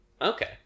Okay